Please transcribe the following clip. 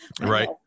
right